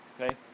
Okay